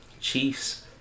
Chiefs